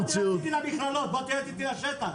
בוא תלך אתי לשטח,